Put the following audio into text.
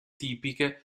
tipiche